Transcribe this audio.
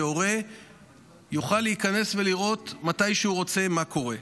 שהורה יוכל להיכנס ולראות מתי שהוא רוצה מה קורה.